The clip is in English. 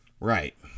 Right